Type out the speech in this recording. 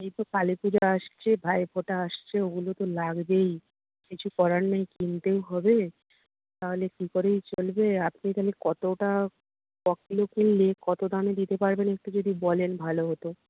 এই তো কালীপুজো আসছে ভাইফোঁটা আসছে ওগুলো তো লাগবেই কিছু করার নেই কিনতেও হবে তাহলে কী করেই চলবে আপনি তাহলে কতটা ককিলো কিনলে কত দামে দিতে পারবেন একটু যদি বলেন ভালো হতো